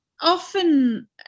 often